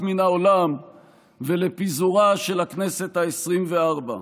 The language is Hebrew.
מן העולם ולפיזורה של הכנסת העשרים-וארבע,